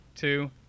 Two